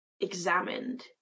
examined